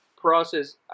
process